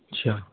اچھا